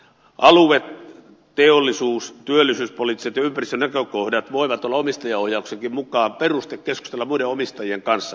alue teollisuus työllisyyspoliittiset ja ympäristönäkökohdat voivat olla omistajaohjauksenkin mukaan peruste keskustella muiden omistajien kanssa